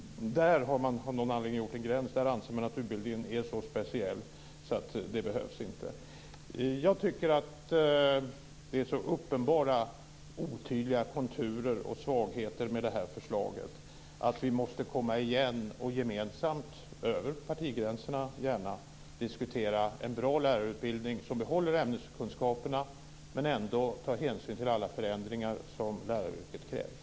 Där har man av någon anledning gjort en gräns, och där anser man att utbildningen är så speciell att det inte behövs. Jag tycker att det är så uppenbara otydliga konturer och svagheter med förslaget att vi måste gemensamt, gärna över partigränserna, komma igen och diskutera en bra lärarutbildning som behåller ämneskunskaperna men ändå tar hänsyn till alla förändringar som läraryrket kräver.